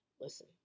Listen